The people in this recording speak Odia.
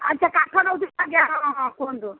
ଆଚ୍ଛା କାଠ ନଉଥିଲେ ଆଜ୍ଞା ହଁ ହଁ ହଁ କୁହନ୍ତୁ